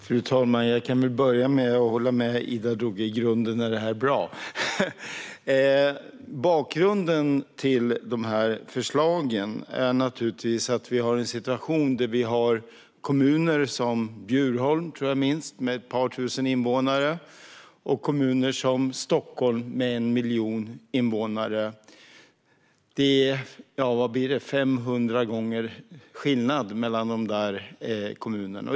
Fru talman! Jag kan börja med att säga att jag i grunden håller med Ida Drougge om att detta är bra. Bakgrunden till dessa förslag är naturligtvis att vi har en situation där vi har kommuner som Bjurholm - jag tror den är minst - med ett par tusen invånare, och en kommun som Stockholm med 1 miljon invånare. Det är 500 gånger skillnad mellan dessa kommuner.